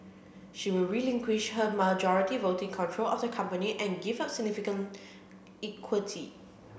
she will relinquish her majority voting control of the company and give up significant equity